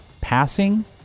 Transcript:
passing